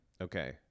okay